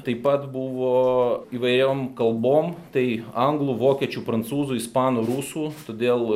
taip pat buvo įvairiom kalbom tai anglų vokiečių prancūzų ispanų rusų todėl